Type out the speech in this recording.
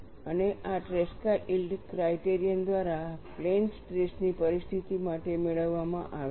અને આ Tresca yield criterion દ્વારા પ્લેન સ્ટ્રેસ ની પરિસ્થિતિ માટે મેળવવામાં આવે છે